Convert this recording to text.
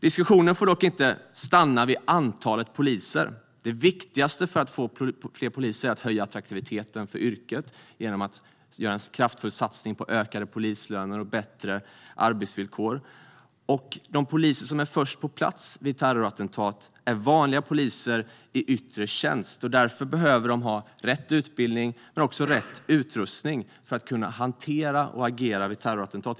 Diskussionen får dock inte stanna vid antalet poliser. Det viktigaste för att få fler poliser är att höja attraktiviteten för yrket genom att göra en kraftfull satsning på ökade polislöner och bättre arbetsvillkor. De poliser som är först på plats vid terrorattentat är vanliga poliser i yttre tjänst, och därför behöver de ha rätt utbildning men också rätt utrustning för att kunna hantera och agera vid terrorattentat.